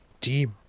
deep